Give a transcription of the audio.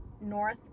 North